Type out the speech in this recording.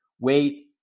wait